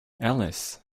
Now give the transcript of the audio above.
alice